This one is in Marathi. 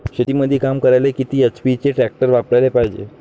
शेतीमंदी काम करायले किती एच.पी चे ट्रॅक्टर वापरायले पायजे?